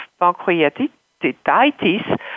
pancreatitis